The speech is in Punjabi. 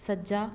ਸੱਜਾ